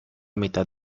mitad